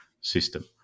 system